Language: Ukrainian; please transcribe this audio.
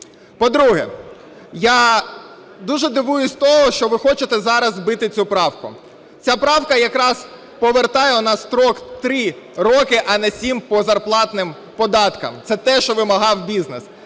По-друге, я дуже дивуюсь з того, що ви хочете зараз збити цю правку. Ця правка якраз повертає у нас строк 3 роки, а не 7, по зарплатним податкам. Це те, що вимагав бізнес.